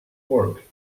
work